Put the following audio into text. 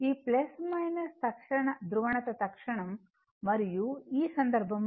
ఈ ధ్రువణత తక్షణం మరియు ఈ సందర్భంలో